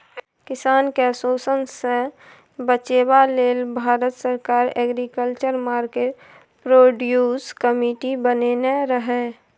किसान केँ शोषणसँ बचेबा लेल भारत सरकार एग्रीकल्चर मार्केट प्रोड्यूस कमिटी बनेने रहय